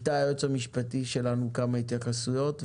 איתי, היועץ המשפטי שלנו, מספר התייחסויות.